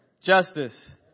justice